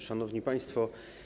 Szanowni Państwo!